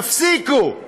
תפסיקו.